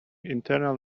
internally